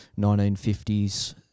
1950s